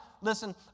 Listen